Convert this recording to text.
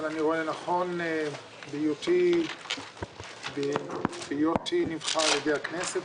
אני רואה נכון בהיותי נבחר על-ידי הכנסת,